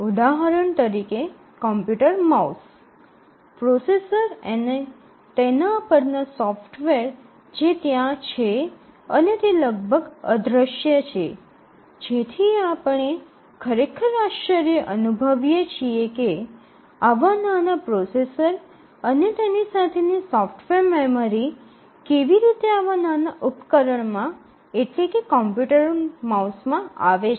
ઉદાહરણ તરીકે computer mouse processor અને તેના પરના સોફ્ટવેર જે ત્યાં છે અને તે લગભગ અદ્રશ્ય છે જેથી આપણે ખરેખર આશ્ચર્ય અનુભવીએ છીએ કે આવા નાના પ્રોસેસર અને તેની સાથેની સોફ્ટવેર મેમરી કેવી રીતે આવા નાના ઉપકરણમાં એટલે કે કોમ્પ્યુટર માઉસ માં આવે છે